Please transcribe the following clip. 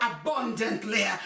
abundantly